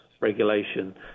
regulation